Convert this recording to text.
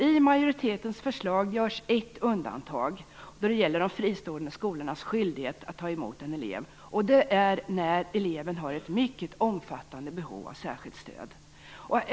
I majoritetens förslag görs ett undantag då det gäller de fristående skolornas skyldighet att ta emot en elev. Det är när eleven har ett mycket omfattande behov av särskilt stöd.